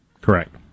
Correct